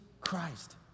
Christ